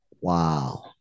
Wow